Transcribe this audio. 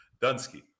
Dunsky